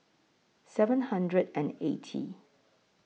seven hundred and eighty